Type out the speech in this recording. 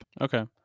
Okay